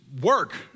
work